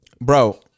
Bro